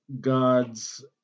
gods